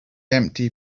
empty